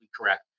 correct